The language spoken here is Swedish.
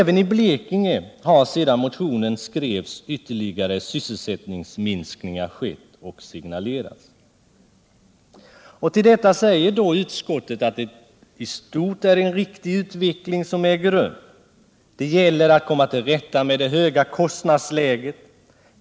Även i Blekinge har sedan motionen skrevs ytterligare sysselsättningsminskningar skett och signalerats. Till detta säger utskottet att det i stort är en riktig utveckling som äger rum. Det gäller att komma till rätta med det höga kostnadsläget.